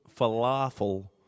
falafel